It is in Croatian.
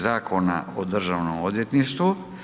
Zakona o državnom odvjetništvu.